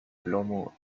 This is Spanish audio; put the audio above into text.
plomo